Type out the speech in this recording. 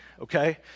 okay